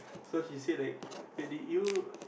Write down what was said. so she said like did you